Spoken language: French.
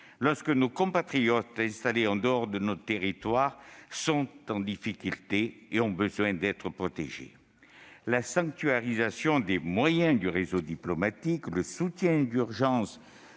lorsque nos compatriotes installés en dehors de notre territoire sont en difficulté et ont besoin d'être protégés. La sanctuarisation des moyens du réseau diplomatique, le soutien d'urgence